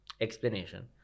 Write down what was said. explanation